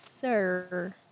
sir